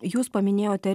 jūs paminėjote